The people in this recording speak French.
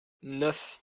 neuf